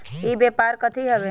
ई व्यापार कथी हव?